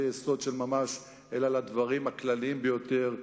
יסוד של ממש אלא לדברים הכלליים ביותר,